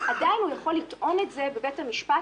עדיין הוא יכול לטעון את זה בבית המשפט,